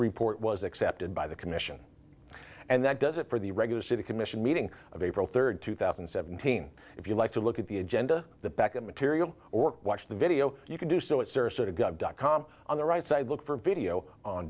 report was accepted by the commission and that does it for the regular city commission meeting of april third two thousand and seventeen if you like to look at the agenda the back of material or watch the video you can do so it's sort of got dot com on the right side look for video on